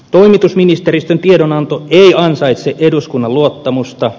toimitusministeristön tiedonanto ei ansaitse eduskunnan luottamusta